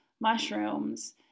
mushrooms